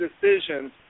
decisions